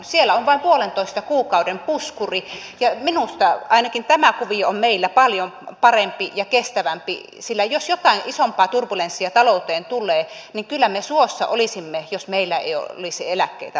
siellä on vain puolentoista kuukauden puskuri ja minusta ainakin tämä kuvio on meillä paljon parempi ja kestävämpi sillä jos jotain isompaa turbulenssia talouteen tulee niin kyllä me suossa olisimme jos meillä ei olisi eläkkeitä rahastoitu